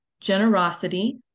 generosity